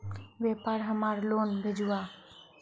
व्यापार हमार लोन भेजुआ?